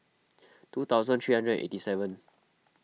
two thousand three hundred and eighty seven